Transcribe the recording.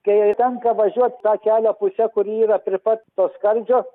kai tenka važiuot ta kelio puse kuri yra prie pat to skardžio